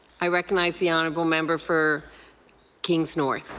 i recognize the honourable member for kings north.